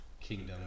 kingdom